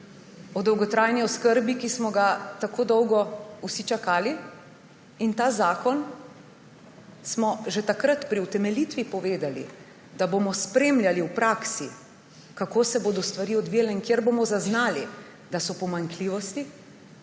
o dolgotrajni oskrbi, ki smo ga tako dolgo vsi čakali. Že takrat smo pri utemeljitvi povedali, da bomo ta zakon spremljali v praksi, kako se bodo stvari odvijale, in kjer bomo zaznali, da so pomanjkljivosti,